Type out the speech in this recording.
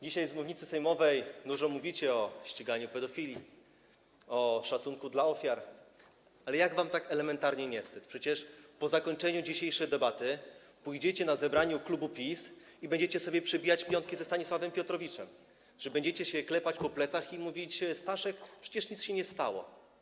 Dzisiaj z mównicy sejmowej dużo mówicie o ściganiu pedofilii, o szacunku dla ofiar, ale jak wam tak elementarnie nie wstyd, przecież po zakończeniu dzisiejszej debaty pójdziecie na zebranie klubu PiS i będziecie sobie przybijać piątki ze Stanisławem Piotrowiczem, będziecie się klepać po plecach i mówić: Staszek, przecież nic się nie stało.